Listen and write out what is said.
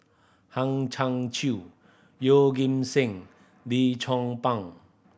Hang Chang Chieh Yeoh Ghim Seng Lim Chong Pang